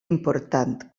important